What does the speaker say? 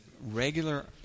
regular